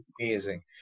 amazing